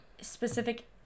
specific